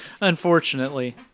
Unfortunately